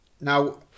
Now